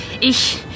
ich